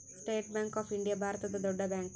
state bank of India ಭಾರತದ ದೊಡ್ಡ bank